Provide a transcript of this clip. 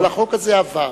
אבל החוק הזה עבר,